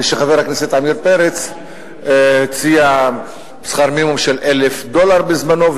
כשחבר הכנסת עמיר פרץ הציע שכר מינימום של 1,000 דולר בזמנו,